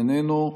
איננו.